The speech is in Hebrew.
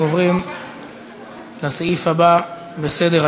אנחנו עוברים לסעיף הבא בסדר-היום: